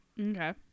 Okay